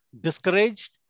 discouraged